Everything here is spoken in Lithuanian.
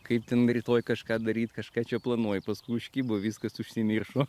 kaip ten rytoj kažką daryti kažką planuoji paskui užkibo viskas užsimiršo